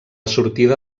sortida